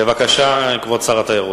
בבקשה, כבוד שר התיירות.